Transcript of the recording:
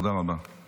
תודה רבה.